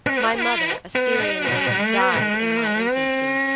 my mother, a styrian lady, died in my infancy,